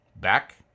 Back